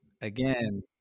again